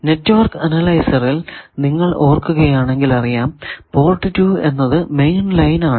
network അനലൈസറിൽ നിങ്ങൾ ഓർക്കുകയാണെങ്കിൽ അറിയാം പോർട്ട് 2 എന്നത് മെയിൻ ലൈൻ ആണ്